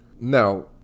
Now